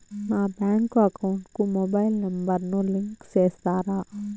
నా bank account కు mobile number ను లింకు చేస్తారా?